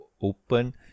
open